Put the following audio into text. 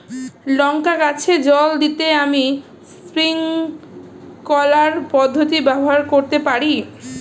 লঙ্কা গাছে জল দিতে আমি স্প্রিংকলার পদ্ধতি ব্যবহার করতে পারি?